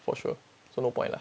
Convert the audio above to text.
for sure so no point lah